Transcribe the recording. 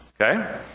Okay